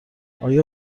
آیا